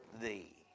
thee